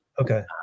okay